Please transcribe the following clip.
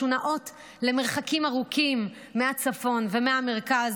ישראל משונעות למרחקים ארוכים מהצפון ומהמרכז,